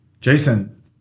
Jason